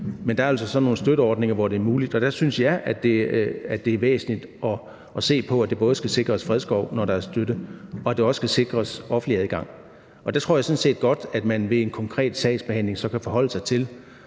Men der er altså så nogle støtteordninger, hvor det er muligt, og jeg synes, det er væsentligt at se på, at der både skal sikres fredskov, når der er støtte, og at der også skal sikres offentlig adgang. Jeg tror sådan set godt, at man ved en konkret sagsbehandling kan forholde sig til,